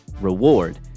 reward